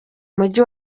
mujyi